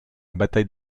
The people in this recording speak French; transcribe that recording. bataille